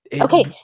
Okay